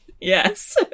yes